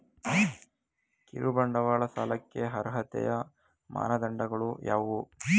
ಕಿರುಬಂಡವಾಳ ಸಾಲಕ್ಕೆ ಅರ್ಹತೆಯ ಮಾನದಂಡಗಳು ಯಾವುವು?